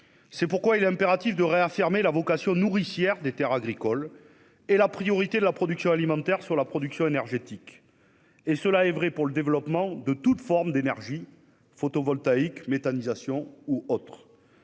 C'est pourquoi il est impératif de réaffirmer la vocation nourricière des terres agricoles et la priorité de la production alimentaire sur la production énergétique. Cela est vrai pour le développement de toute forme d'énergie : photovoltaïque, méthanisation, etc.